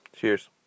Cheers